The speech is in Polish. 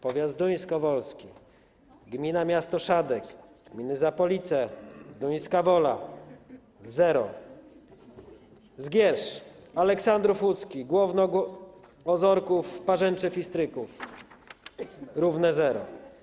Powiat zduńskowolski: gmina, miasto Szadek, gminy Zapolice, Zduńska Wola - zero. Zgierz, Aleksandrów Łódzki, Głowno, Ozorków, Parzęczew i Stryków - równe zero.